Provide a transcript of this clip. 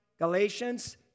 Galatians